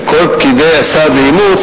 וכל פקידי הסעד לאימוץ,